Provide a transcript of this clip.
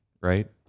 right